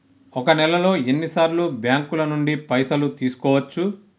ఒక నెలలో ఎన్ని సార్లు బ్యాంకుల నుండి పైసలు తీసుకోవచ్చు?